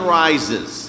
rises